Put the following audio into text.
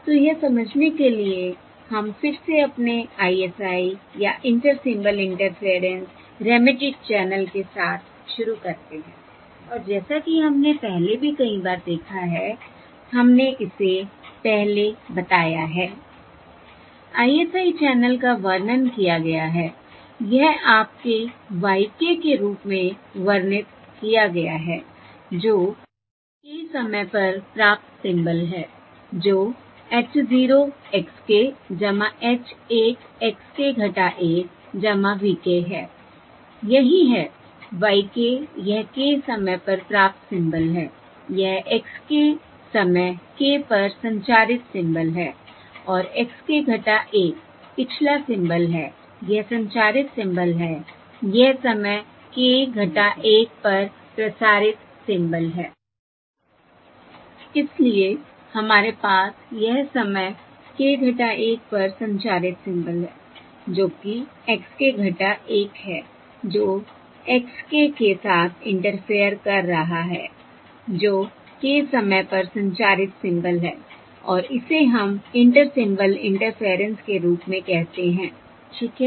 तो यह समझने के लिए कि हम फिर से अपने ISI या inter symbol interference limited channel के साथ शुरूकरते हैं और जैसा कि हमने पहले भी कई बार देखा है हमने इसे पहले बताया हैI ISI चैनल का वर्णन किया गया है यह आपके y k के रूप में वर्णित किया गया है जो k समय पर प्राप्त सिंबल है जो h 0 x k h 1 x k 1 v k है यही है y k यह k समय पर प्राप्त सिंबल है यह x k समय k पर संचारित सिंबल है और x k 1 पिछला सिंबल है यह संचारित सिंबल है यह समय k 1 पर प्रसारित सिंबल हैI इसलिए हमारे पास यह समय k 1 पर संचारित सिंबल है जो कि x k 1 है जो x k के साथ इंटरफेयर कर रहा है जो k समय पर संचारित सिंबल है और इसे हम इंटर सिंबल इंटरफेयरेंस के रूप में कहते हैं ठीक है